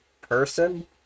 person